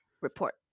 report